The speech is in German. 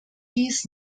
dies